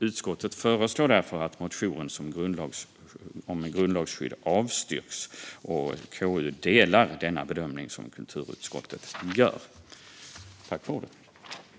Utskottet föreslår därför att motionen om grundlagsskydd avstyrks, och KU delar kulturutskottets bedömning.